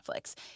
Netflix